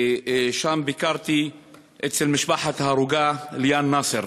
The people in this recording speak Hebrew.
ושם ביקרתי אצל משפחת ההרוגה ליאן נאסר,